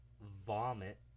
vomit